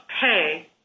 pay